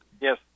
Yes